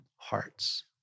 hearts